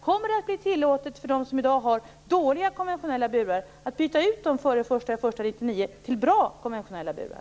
Kommer det att bli tillåtet för dem som i dag har dåliga konventionella burar att före den 1 januari 1999 byta ut dem mot bra konventionella burar?